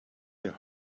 their